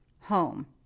home